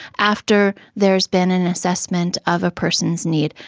after there has been an assessment of a person's needs,